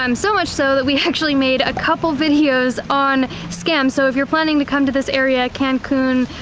um so much so that we actually made a couple videos on scams. so if you're planning to come to this area cancun,